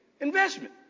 Investment